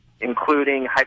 including